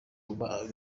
kuba